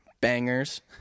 Bangers